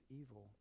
evil